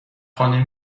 خانه